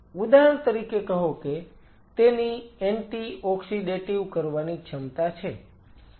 ઉદાહરણ તરીકે કહો કે તેની એન્ટિ ઓક્સિડેટીવ કરવાની ક્ષમતા છે